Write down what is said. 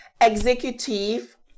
executive